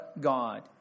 God